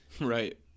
Right